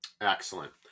excellent